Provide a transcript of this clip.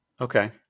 Okay